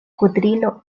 kudrilo